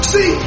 See